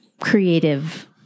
creative